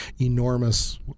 enormous